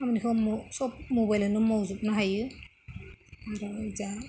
खामानिखौ सब मबाइलावनो मावजोबनो हायो आरो ओजा